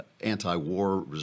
anti-war